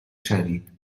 شوید